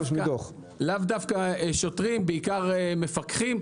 עומדים שם לאו דווקא שוטרים, בעיקר מפקחים.